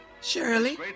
Shirley